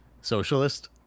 Socialist